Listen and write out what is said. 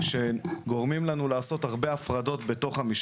גם בשר צריך להיות מופרד בין בשר לבשר.